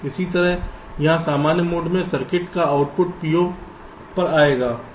इसी तरह यहां सामान्य मोड में सर्किट का आउटपुट PO पर जाएगा